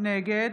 נגד